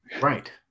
Right